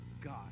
God